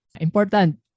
Important